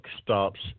stops